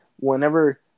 whenever